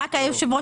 היושב-ראש,